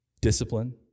discipline